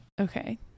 Okay